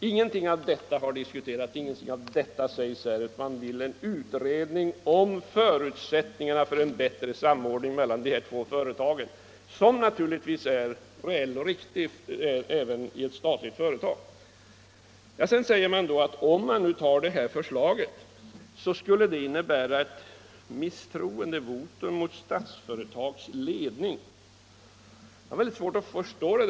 Ingenting av detta har diskuterats och ingenting av detta sägs här, utan man vill bara ha en utredning om förutsättningarna för en bättre samordning mellan de båda företagen — en samordning som naturligtvis är reell och riktig även i ett statligt företag. Om riksdagen nu antar det här förslaget, skulle det innebära ett misstroendevotum mot Statsföretags ledning, sägs det vidare. Jag har svårt att förstå det.